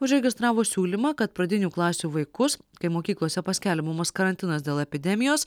užregistravo siūlymą kad pradinių klasių vaikus kai mokyklose paskelbiamas karantinas dėl epidemijos